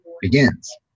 begins